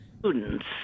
Students